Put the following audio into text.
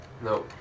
No